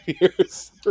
years